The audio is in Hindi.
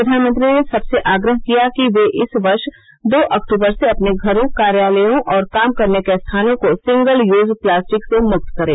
प्रधानमंत्री ने सबसे आग्रह किया कि वे इस वर्ष दो अक्तूबर से अपने घरों कार्यालयों और काम करने के स्थानों को सिंगल यूज प्लास्टिक से मुक्त करें